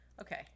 Okay